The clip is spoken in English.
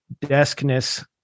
deskness